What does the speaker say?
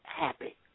happy